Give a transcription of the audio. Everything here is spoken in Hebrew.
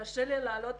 קשה לי לומר את